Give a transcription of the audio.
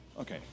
Okay